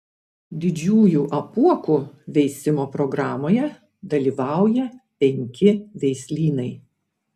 didžiųjų apuokų veisimo programoje dalyvauja penki veislynai